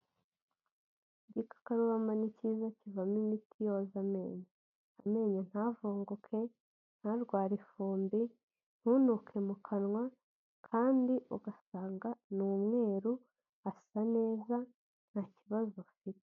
Igikama ni kiza kivamo imiti yoza amenyo, amenyo ntavunguke, ntarware ifumbi, ntunuke mu kanwa kandi ugasanga ni umweru, asa neza nta kibazo ufite.